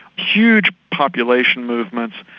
huge population movements,